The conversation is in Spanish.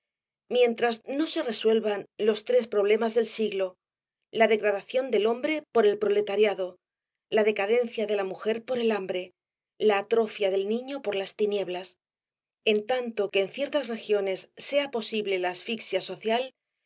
mientras no se resuelvan los tres problemas del siglo la degradacion del hombre por el proletariado la decadencia de la mujer por el hambre la atrofia del niño por las tinieblas en tanto que en ciertas regiones sea posible la asfixia social en